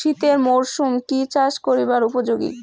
শীতের মরসুম কি চাষ করিবার উপযোগী?